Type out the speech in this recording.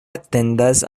etendas